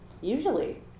Usually